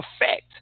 effect